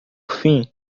fim